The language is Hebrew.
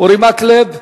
אורי מקלב?